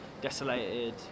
Desolated